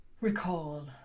recall